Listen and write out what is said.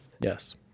Yes